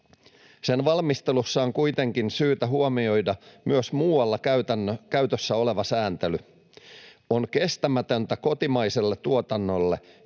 Sen valmistelussa on kuitenkin syytä huomioida myös muualla käytössä oleva sääntely. On kestämätöntä kotimaiselle tuotannolle,